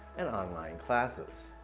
and online classes.